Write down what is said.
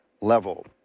level